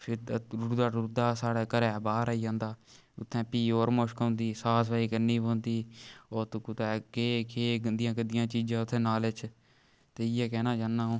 फ्ही रुड़दा रुड़दा साढै घरै बाह्र आई जंदा उत्थै फ्ही होर मुश्क औंदी साफ सफाई करनी पौंदी ओत्त कुदै केह् केह् गंदियां गंदियां चीजां उत्थै नाले च ते इ'यै कैह्ना चाह्न्नां आ'ऊं